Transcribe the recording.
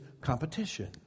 competition